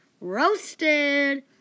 Roasted